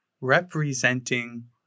representing